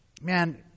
Man